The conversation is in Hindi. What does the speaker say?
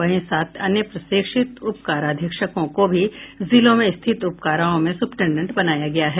वहीं सात अन्य प्रशिक्षित उपकाराधीक्षकों को भी जिलों में स्थित उपकाराओं में सुप्रीटेंडेंट बनाया गया है